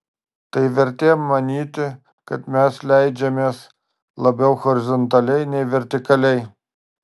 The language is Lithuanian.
tai vertė manyti kad mes leidžiamės labiau horizontaliai nei vertikaliai